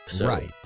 Right